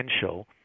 potential